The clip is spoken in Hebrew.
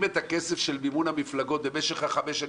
את הכסף של מימון המפלגות במשך חמש השנים,